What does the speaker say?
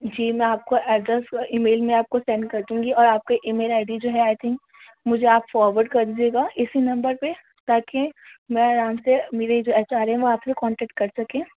جی میں آپ کو ایڈریس اور ای میل میں آپ کو سینڈ کر دوں گی یہ اور آپ کا ای میل آئی ڈی جو ہے آئی تھنک مجھے آپ فارورڈ کردیجیے گا اسی نمبر پہ تاکہ میں آرام سے میرے جو ایچ آر ہیں وہ آپ سے کانٹیکٹ کرسکیں